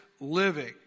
living